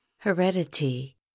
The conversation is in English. HEREDITY